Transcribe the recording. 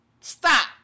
Stop